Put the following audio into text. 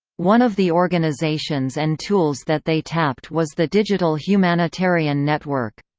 one of the organizations and tools that they tapped was the digital humanitarian network.